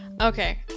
Okay